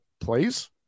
plays